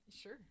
Sure